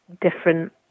different